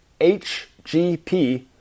HGP